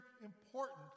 important